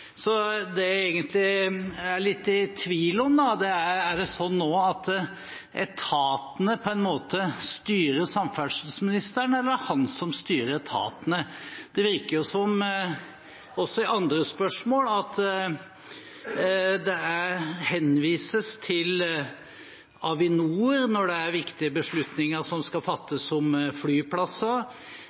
Så det jeg egentlig er lurer litt på, er: Er det nå slik at etatene på en måte styrer samferdselsministeren, eller er det han som styrer etatene? Det virker også å være slik i andre spørsmål: Det henvises til Avinor når det skal fattes viktige beslutninger